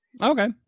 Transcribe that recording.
okay